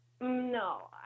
No